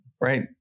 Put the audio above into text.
Right